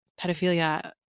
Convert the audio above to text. pedophilia